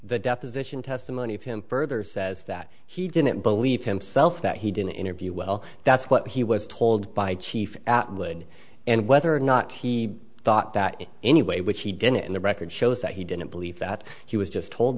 the deposition testimony of him further says that he didn't believe himself that he didn't interview well that's what he was told by chief atwood and whether or not he thought that anyway which he didn't and the record shows that he didn't believe that he was just told